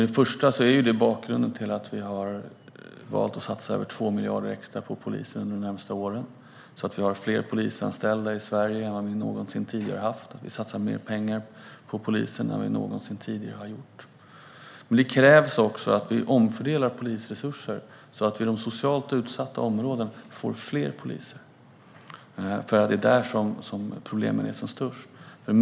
Det är bakgrunden till att vi har valt att satsa över 2 miljarder extra på polisen under de närmaste åren, så att vi har fler polisanställda i Sverige än vad vi någonsin tidigare haft. Vi satsar mer pengar på polisen än vi någonsin tidigare har gjort. Men det krävs också att vi omfördelar polisresurser, så att de socialt utsatta områdena får fler poliser, för det är där problemen är som störst.